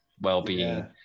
well-being